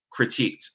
critiqued